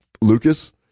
Lucas